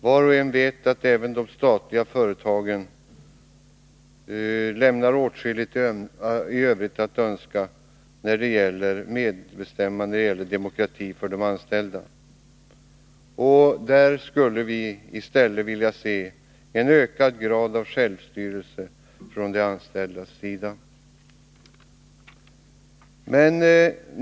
Var och en vet att även de statliga företagen lämnar åtskilligt övrigt att önska när det gäller medbestämmande och demokrati för de anställda. Här skulle vi vilja se en högre grad av självstyrelse för de anställda.